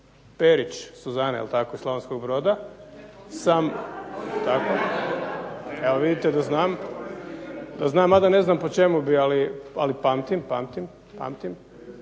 Perić Suzane, jel tako iz Slavonskog Broda, sam… /Smijeh./ Evo vidite da znam, mada ne znam po čemu bi, ali pamtim, je se radilo